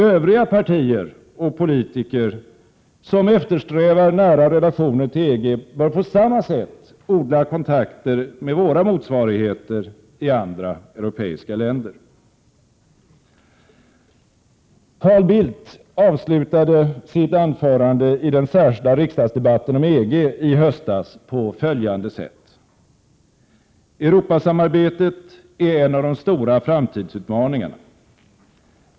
Övriga partier och politiker som eftersträvar nära relationer till EG bör på samma sätt odla kontakter med våra motsvarigheter i andra europeiska länder. Carl Bildt avslutade sitt anförande i den särskilda riksdagsdebatten om EG i höstas på följande sätt: ”Europasamarbetet är en av de stora framtidsutmaningarna.